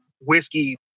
whiskey